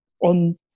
on